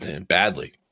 badly